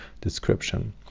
description